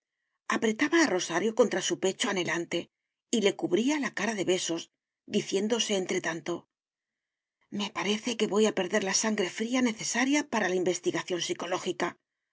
apretaba a rosario contra su pecho anhelante y le cubría la cara de besos diciéndose entre tanto me parece que voy a perder la sangre fría necesaria para la investigación psicológica hasta que de